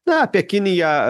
na apie kiniją